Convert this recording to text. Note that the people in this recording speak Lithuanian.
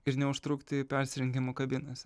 ir neužtrukti persirengimo kabinose